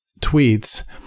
tweets